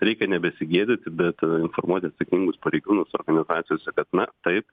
reikia nebesigėdyti bet informuoti atsakingus pareigūnus organizacijose kad na taip